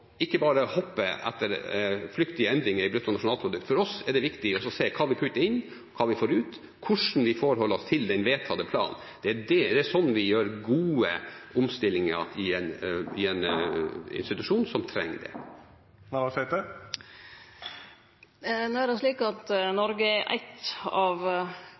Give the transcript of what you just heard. ikke bare å hoppe etter flyktige endringer i bruttonasjonalprodukt. For oss er det viktig å se hva vi putter inn, hva vi får ut, hvordan vi forholder oss til den vedtatte planen. Det er slik vi gjør gode omstillinger i en institusjon som trenger det. No er det slik at Noreg er eitt av